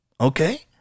okay